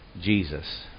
Jesus